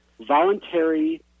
voluntary